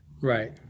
Right